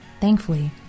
Thankfully